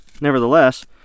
nevertheless